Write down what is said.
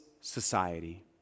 society